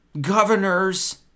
governors